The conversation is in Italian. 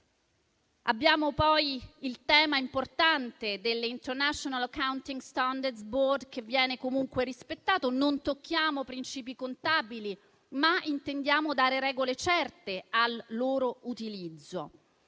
Abbiamo poi il tema importante dell'International accounting standards board, che viene comunque rispettato. Non tocchiamo principi contabili, ma intendiamo dare regole certe al loro utilizzo.